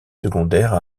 secondaires